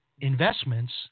investments